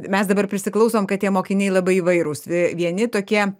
mes dabar prisiklausom kad tie mokiniai labai įvairūs a vieni tokie